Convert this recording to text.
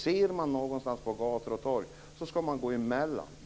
Ser man något sådant på gator och torg skall man gå emellan.